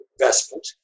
investment